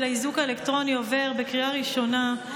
האיזוק האלקטרוני עובר בקריאה ראשונה,